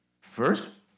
First